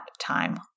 time